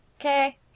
Okay